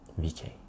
VK